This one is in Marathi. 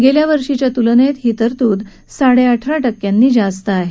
गेल्या वर्षीच्या तूलनेत ही तरतूद साडे अठरा टक्क्यांनी जास्त आहे